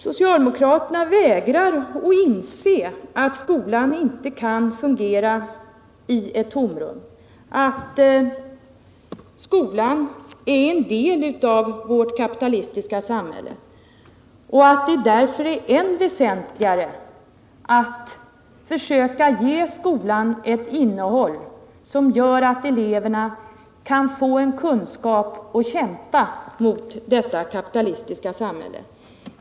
Socialdemokraterna vägrar att inse att skolan inte kan fungera i ett tomrum, att skolan är en del av vårt kapitalistiska samhälle och att det därför är än väsentligare att försöka ge skolan ett innehåll som gör att eleverna kan få kunskaper, så att de kan kämpa mot detta kapitalistiska samhälle.